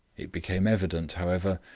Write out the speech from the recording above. it became evident, however,